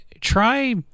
try